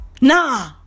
Nah